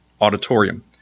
auditorium